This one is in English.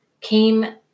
came